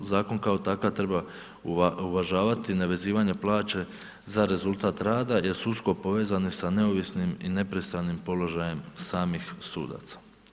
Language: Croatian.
Zakon kao takav treba uvažavati nevezivanja plaće za rezultat rada jer su usko povezane sa neovisnim i nepristranim položajem samih sudaca.